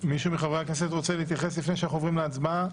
מישהו מחברי הכנסת רוצה להתייחס לפני שאנחנו עוברים להצבעה?